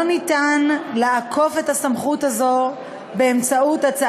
אי-אפשר לעקוף סמכות זו באמצעות הגשת